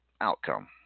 outcome